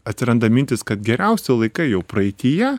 atsiranda mintys kad geriausi laikai jau praeityje